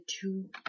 two